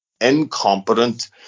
incompetent